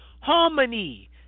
Harmony